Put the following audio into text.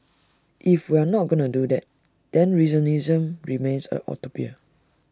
if we are not going to do that then regionalism remains A utopia